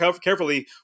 carefully